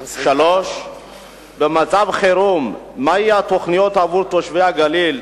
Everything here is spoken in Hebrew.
3. במצב חירום, מה הן התוכניות עבור תושבי הגליל,